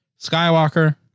Skywalker